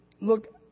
look